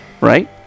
right